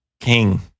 King